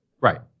Right